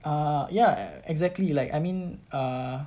uh ya ex~ exactly like I mean uh